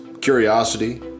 curiosity